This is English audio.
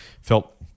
felt